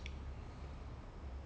so like